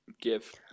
give